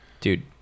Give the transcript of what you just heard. dude